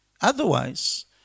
Otherwise